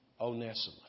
Onesimus